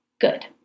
good